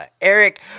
Eric